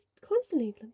constantly